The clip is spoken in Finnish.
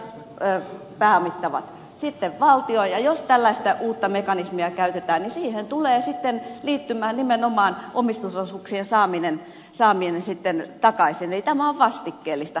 ensisijaisesti omistajat pääomittavat sitten valtio ja jos tällaista uutta mekanismia käytetään niin siihen tulee sitten liittymään nimenomaan omistusosuuksien saaminen takaisin eli tämä on vastikkeellista